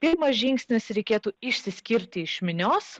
pirmas žingsnis reikėtų išsiskirti iš minios